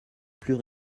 plus